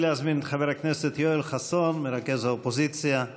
חבר הכנסת רוברט טיבייב, כמקובל,